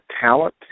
talent